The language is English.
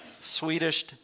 Swedish